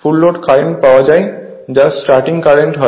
ফুল load current পাওয়া যায় যা স্টার্টিং কারেন্ট হয়